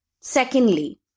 Secondly